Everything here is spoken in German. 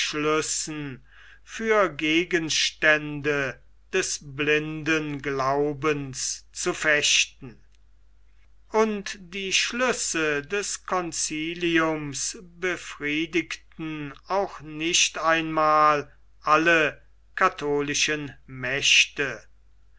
für gegenstände des blinden glaubens zu fechten aber die schlüsse des conciliums befriedigten auch nicht einmal alle katholischen mächte